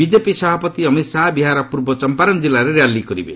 BJP ସଭାପତି ଅମିତ୍ ଶାହା ବିହାରର ପୂର୍ବ ଚମ୍ପାରନ୍ ଜିଲ୍ଲାରେ ର୍ୟାଲି କରିବେ